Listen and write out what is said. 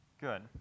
good